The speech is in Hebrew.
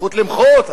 הזכות למחות,